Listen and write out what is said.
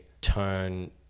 turn